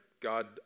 God